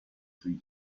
sui